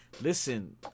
Listen